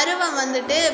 அருவா வந்துவிட்டு